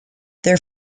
their